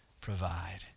provide